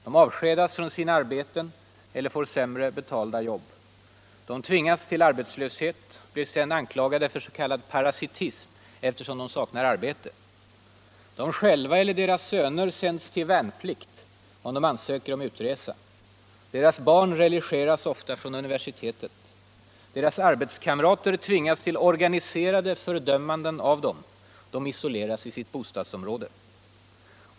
De avskedas från sina arbeten eller får sämre betalda jobb. De tvingas till arbetslöshet och blir sedan anklagade för s.k. parasitism eftersom de saknar arbete. De själva — eller deras söner — sänds till värnplikt om de ansöker om utresa. Deras barn relegeras ofta från universitetet. Deras arbetskamrater tvingas till organiserade fördömanden av dem. De isoleras i sitt bostadsområde.